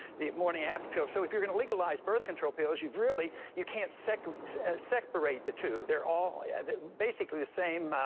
the morning-after pill so if you're going to legalize birth control pills, you really you can't separate separate the two. they're all yeah basically the same,